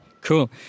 cool